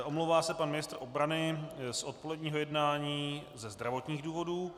Omlouvá se pan ministr obrany z odpoledního jednání ze zdravotních důvodů.